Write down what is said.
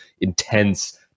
intense